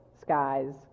skies